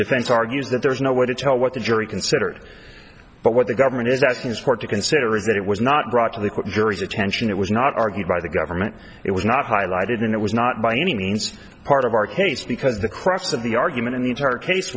defense argues that there is no way to tell what the jury considered but what the government is asking this court to consider is that it was not brought to the jury's attention it was not argued by the government it was not highlighted and it was not by any means part of our case because the crux of the argument in the entire case